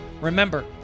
Remember